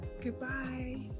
goodbye